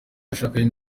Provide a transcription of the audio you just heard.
yashakanye